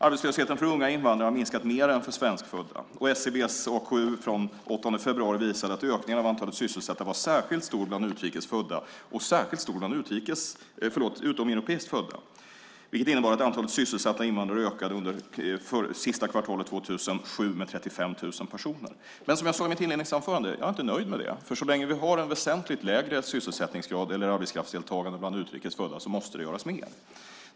Arbetslösheten för unga invandrare har minskat mer än för svenskfödda. SCB:s AKU från den 8 februari visade att ökningen av antalet sysselsatta var särskilt stor bland utrikes födda och alldeles särskilt stor bland utomeuropeiskt födda. Det innebar att antalet sysselsatta invandrare ökade med 35 000 personer under det sista kvartalet 2007. Men som jag sade i mitt inledningsanförande är jag inte nöjd med det. Så länge vi har ett väsentligt lägre arbetskraftsdeltagande bland utrikes födda måste det göras mer.